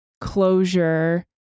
closure